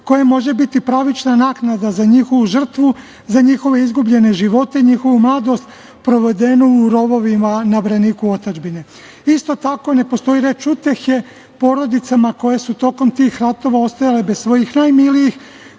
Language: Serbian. koje može biti pravična naknada za njihovu žrtvu, za njihove izgubljene živote, njihovu mladost provedenu u rovovima na braniku otadžbine. Isto tako, ne postoji reč utehe porodicama koje su tokom tih ratova ostajale bez svojih najmilijih,